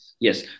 Yes